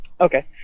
okay